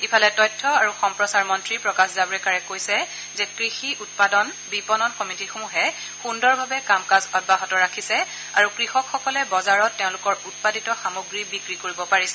ইফালে তথ্য আৰু সম্প্ৰচাৰ মন্ত্ৰী প্ৰকাশ জাভ্ৰেকাৰে কৈছে যে কৃষি উৎপাদন বিপণন সমিতিসমূহে সুন্দৰভাৱে কাম কাজ অব্যাহত ৰাখিছে আৰু কৃষকসকলে বজাৰত তেওঁলোকৰ উৎপাদিত সামগ্ৰী বিক্ৰী কৰিব পাৰিছে